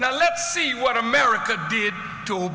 now let's see what america did to